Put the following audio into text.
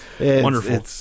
Wonderful